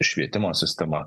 švietimo sistema